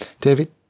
David